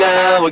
Now